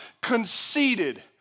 conceited